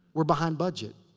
we're behind budget.